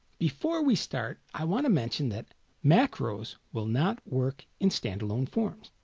before we start i want to mention that macros will not work in stand-alone forms.